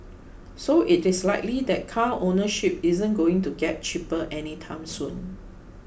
so it is likely that car ownership isn't going to get cheaper anytime soon